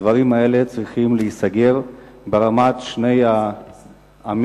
הדברים האלה צריכים להיסגר ברמת שני העמים,